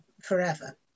forever